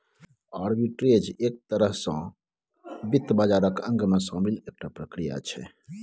arbitrage एक तरह सँ वित्त बाजारक अंगमे शामिल एकटा प्रक्रिया छै